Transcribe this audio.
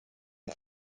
est